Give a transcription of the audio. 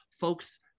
Folks